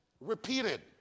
repeated